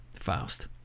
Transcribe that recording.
faust